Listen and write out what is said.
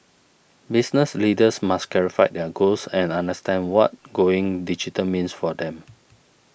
business leaders must clarify their goals and understand what going digital means for them